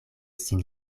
sin